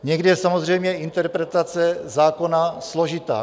Někdy je samozřejmě interpretace zákona složitá.